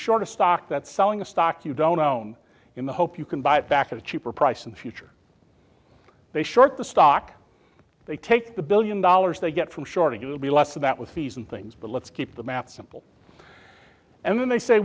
short a stock that selling a stock you don't own in the hope you can buy it back at a cheaper price in the future they short the stock they take the billion dollars they get from shorting it will be less of that with fees and things but let's keep the math simple and then they say